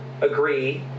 agree